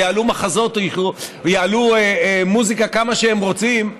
ויעלו מחזות ויעלו מוזיקה כמה שהם רוצים,